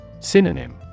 synonym